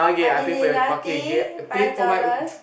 I'm be deducting five dollars